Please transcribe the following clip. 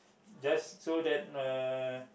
just so that uh